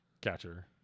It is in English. Catcher